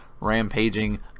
rampaging